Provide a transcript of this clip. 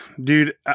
dude